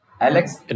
Alex